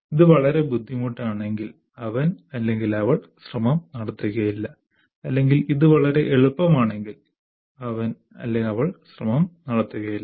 ഇത് വളരെ ബുദ്ധിമുട്ടാണെങ്കിൽ അവൻ അവൾ ശ്രമം നടത്തുകയില്ല അത് വളരെ എളുപ്പമാണെങ്കിൽ അവൻ അവൾ ശ്രമം നടത്തുകയില്ല